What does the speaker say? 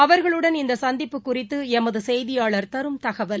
அவர்களுடன் இந்தசந்திப்பு குறித்துளமதுசெய்தியாளர் தரும் தகவல்